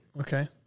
Okay